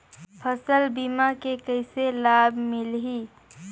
फसल बीमा के कइसे लाभ मिलही?